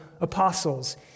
apostles